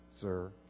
sir